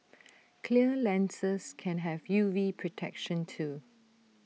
clear lenses can have U V protection too